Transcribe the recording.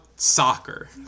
Soccer